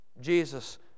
Jesus